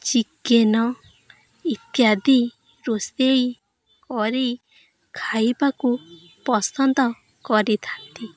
chicken ଇତ୍ୟାଦି ରୋଷେଇ କରି ଖାଇବାକୁ ପସନ୍ଦ କରିଥାନ୍ତି